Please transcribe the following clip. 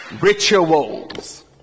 rituals